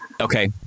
Okay